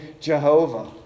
Jehovah